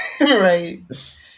right